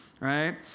right